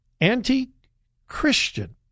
Anti-Christian